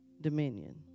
dominion